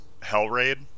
Hellraid